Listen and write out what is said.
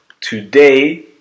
today